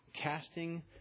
casting